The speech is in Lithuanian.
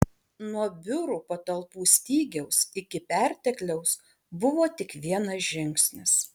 nuo biurų patalpų stygiaus iki pertekliaus buvo tik vienas žingsnis